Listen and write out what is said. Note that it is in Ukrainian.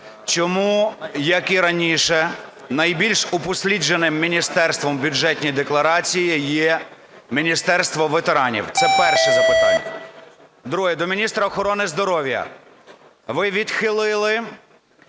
Чому, як і раніше, найбільш упослідженим міністерством в бюджетній декларації є Міністерство ветеранів? Це перше запитання. Друге. До міністра охорони здоров'я. Ви відхилили